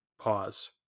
pause